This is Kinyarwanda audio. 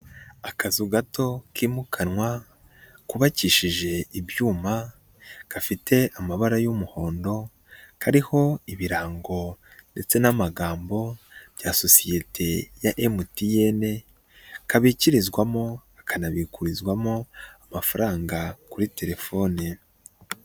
Akazu gato kimukanwa kubakishije ibyuma, gafite amabara y'umuhondo kariho ibirango ndetse n'amagambo bya sosiyete ya MTN, kabikirizwamo, kanabikurizwamo amafaranga kuri telefone.